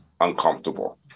uncomfortable